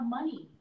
money